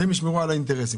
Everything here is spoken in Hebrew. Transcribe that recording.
שהם ישמרו על האינטרסים.